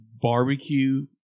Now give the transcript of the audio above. barbecue